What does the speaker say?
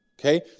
Okay